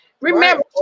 Remember